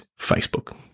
Facebook